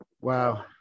Wow